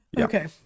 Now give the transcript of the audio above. Okay